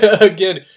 again